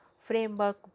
framework